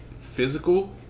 physical